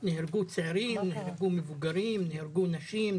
נהרגו צעירים, נהרגו מבוגרים, נהרגו נשים.